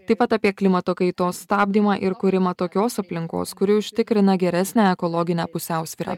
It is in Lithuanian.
taip pat apie klimato kaitos stabdymą ir kūrimą tokios aplinkos kuri užtikrina geresnę ekologinę pusiausvyrą